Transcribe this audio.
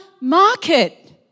market